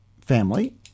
family